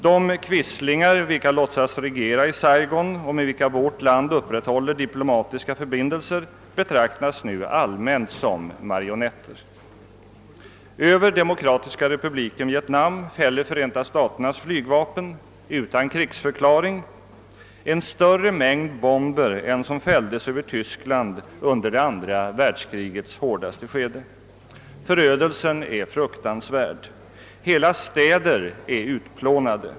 De quislingar vilka låtsas regera i Saigon och med vilka vårt land upprätthåller diplomatiska förbindelser betraktas nu allmänt som marionetter. Över Demokratiska Republiken Vietnam fäller Förenta staternas flygvapen utan krigsförklaring en större mängd bomber än som fälldes över Tyskland under det andra världskrigets hårdaste skede. Förödelsen är fruktansvärd. Hela städer är utplånade.